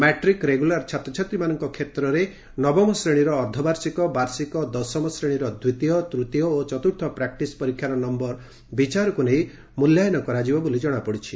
matric regular ଛାତ୍ରଛାତ୍ରୀମାନଙ୍କ କ୍ଷେତ୍ରରେ ନବମ ଶ୍ରେଶୀର ଅର୍ଭ୍ବାର୍ଷିକ ବାର୍ଷିକ ଦଶମ ଶ୍ରେଣୀର ଦ୍ୱିତୀୟ ତୂତୀୟ ଓ ଚତୁର୍ଥ ପ୍ରାକ୍ଟିସ୍ ପରୀକ୍ଷାର ନ ବିଚାରକୁ ନେଇ ମୂଲ୍ୟାୟନ କରାଯିବ ବୋଲି ଜଶାପଡ଼ିଛି